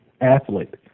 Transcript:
athlete